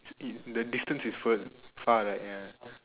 it the distance is fur far right ya